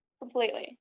completely